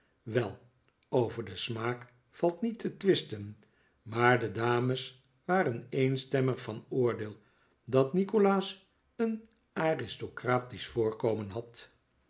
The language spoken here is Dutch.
wel over den smaak valt niet te twisten maar de dames waren eenstemmig van oordeel dat nikolaas een aristocratisch voorkomen had